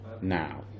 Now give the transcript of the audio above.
Now